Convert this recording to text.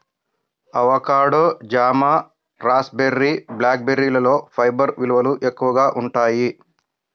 avocado, జామ, raspberry, black బెర్రీలలో fibre విలువలు ఎక్కువగా ఉంటాయి